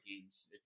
games